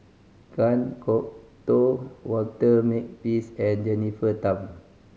Kan Kwok Toh Walter Makepeace and Jennifer Tham